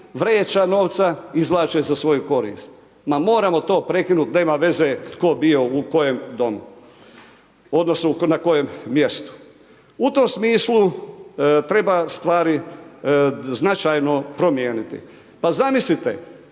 vreća novca izvlače za svoju korist. Ma moramo to prekinuti, nema veze, tko bio u kojem domu, odnosno, na kojem mjestu. U tom smislu, treba stvari značajno promijeniti. Pa zamislite,